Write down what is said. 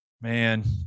Man